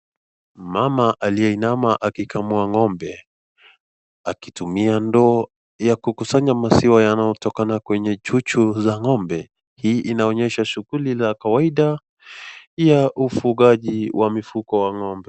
Mama aliyeinama akikamua ng'ombe akitumia ndoo ya kukusanya maziwa yanayotokana kwenye chuchu za ng'ombe. Hii inaonyesha shughuli la kawaida ya ufugaji wa mifugo wa ng'ombe.